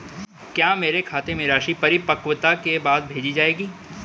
क्या मेरे खाते में राशि परिपक्वता के बाद भेजी जाएगी?